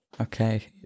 Okay